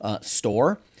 store